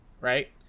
right